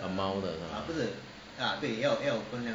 amount 的是吗